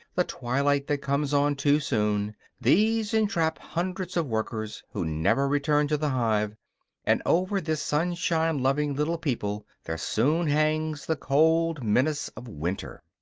the twilight that comes on too soon these entrap hundreds of workers who never return to the hive and over this sunshine-loving little people there soon hangs the cold menace of winter.